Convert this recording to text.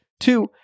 Two